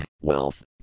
wealth